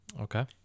Okay